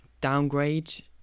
downgrade